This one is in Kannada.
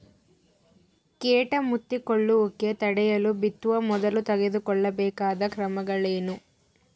ಕೇಟ ಮುತ್ತಿಕೊಳ್ಳುವಿಕೆ ತಡೆಯಲು ಬಿತ್ತುವ ಮೊದಲು ತೆಗೆದುಕೊಳ್ಳಬೇಕಾದ ಕ್ರಮಗಳೇನು?